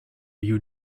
you